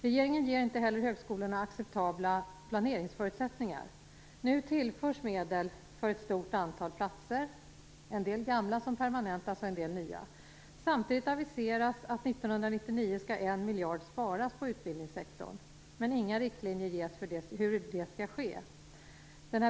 Regeringen ger inte heller högskolorna acceptabla planeringsförutsättningar. Nu tillförs medel för ett stort antal platser - det är en del gamla som permanentas och en del nya. Samtidigt aviseras att 1999 skall 1 miljard sparas på utbildningssektorn, men inga riktlinjer ges för hur det skall ske.